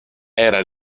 era